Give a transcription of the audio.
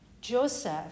Joseph